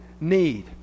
need